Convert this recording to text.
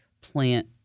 Plant